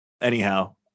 Anyhow